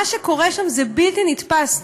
מה שקורה שם זה בלתי נתפס.